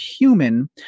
human